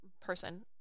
person